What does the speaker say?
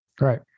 Right